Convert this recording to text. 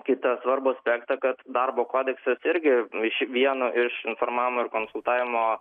kitą svarbų aspektą kad darbo kodeksas irgi iš vieno iš informavimo ir konsultavimo